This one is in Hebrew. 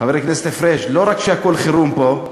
חבר הכנסת פריג', לא רק שהכול חירום פה,